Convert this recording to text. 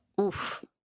Oof